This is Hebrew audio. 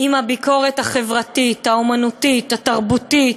עם הביקורת החברתית, האמנותית, התרבותית.